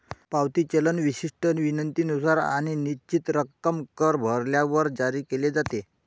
पावती चलन विशिष्ट विनंतीनुसार आणि निश्चित रक्कम कर भरल्यावर जारी केले जाते